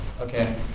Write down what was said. Okay